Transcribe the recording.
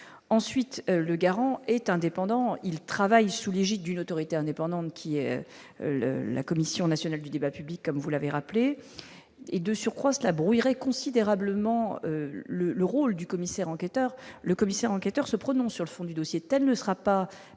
ensuite le garant est indépendant, il travaille sous l'égide d'une autorité indépendante qui est le la Commission nationale du débat public, comme vous l'avez rappelé et de surcroît cela brouillerait considérablement le le rôle du commissaire enquêteur, le commissaire enquêteur se prononce sur le fond du dossier